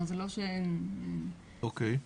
אוקיי.